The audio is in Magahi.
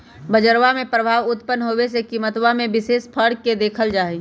बजरवा में प्रभाव उत्पन्न होवे से कीमतवा में विशेष फर्क के देखल जाहई